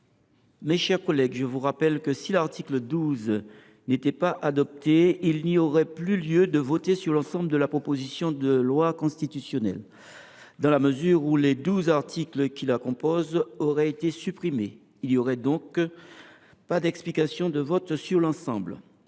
Mes chers collègues, je vous rappelle que, si l’article 12 n’était pas adopté, il n’y aurait plus lieu de voter sur l’ensemble de la proposition de loi constitutionnelle, dans la mesure où les douze articles qui la composent auraient été rejetés. Aucune explication de vote sur l’ensemble